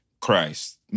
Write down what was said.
Christ